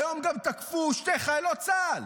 היום גם תקפו שתי חיילות צה"ל